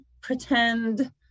pretend